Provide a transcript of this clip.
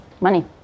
Money